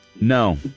No